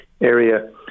area